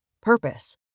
purpose